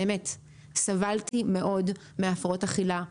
סבלתי מאוד מהפרעות אכילה,